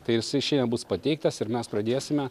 tai jisai šiandien bus pateiktas ir mes pradėsime